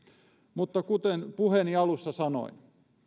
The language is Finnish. mutta kuten puheeni alussa sanoin